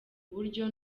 buryo